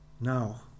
Now